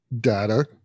data